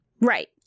Right